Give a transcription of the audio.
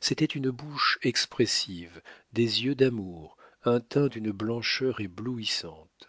c'était une bouche expressive des yeux d'amour un teint d'une blancheur éblouissante